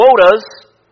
quotas